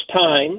time